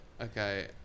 okay